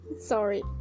sorry